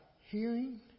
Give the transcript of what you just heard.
hearing